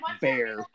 bear